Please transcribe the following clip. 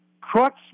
crux